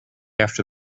after